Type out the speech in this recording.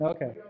Okay